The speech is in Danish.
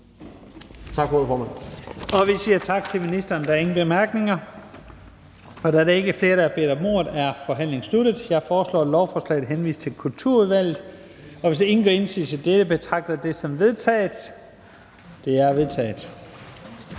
(Leif Lahn Jensen): Vi siger tak til ministeren. Der er ingen korte bemærkninger. Da der ikke er flere, der har bedt om ordet, er forhandlingen sluttet. Jeg foreslår, at lovforslaget henvises til Kulturudvalget. Hvis ingen gør indsigelse, betragter jeg det som vedtaget. Det er vedtaget.